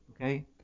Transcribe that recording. Okay